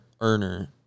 earner